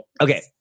Okay